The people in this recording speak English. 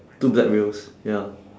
two black wheels ya